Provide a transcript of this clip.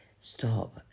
stop